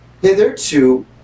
hitherto